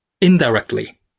indirectly